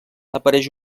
apareix